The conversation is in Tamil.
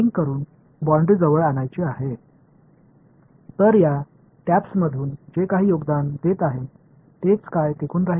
எனவே இந்த தொப்பிகளிலிருந்து இங்கே பங்களிக்கும் எதுவாக இருந்தாலும் நீடித்து இருக்கும்